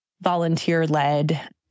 volunteer-led